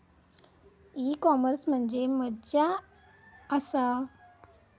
E commerce म्हणजे मझ्या आसा?